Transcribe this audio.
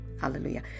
Hallelujah